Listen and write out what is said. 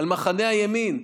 על מחנה הימין,